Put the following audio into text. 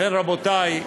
לכן, רבותי,